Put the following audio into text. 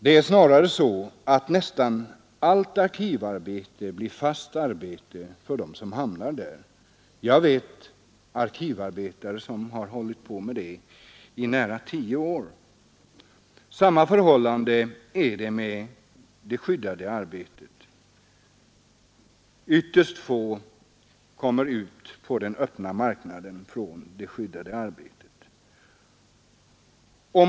Det är snarare så att nästan allt arkivarbete blir fast arbete för dem som hamnat där. Jag känner till arkivarbetare som sysslat med arkivarbete i nära tio år. Samma är förhållandet med det skyddade arbetet. Ytterst få kommer ut i den öppna arbetsmarknaden.